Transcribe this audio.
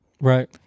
right